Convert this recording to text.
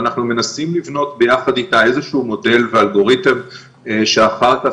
ואנחנו מנסים לבנות ביחד איתה איזה שהוא מודל ואלגוריתם שאחר כך